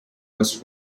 was